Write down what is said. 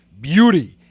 beauty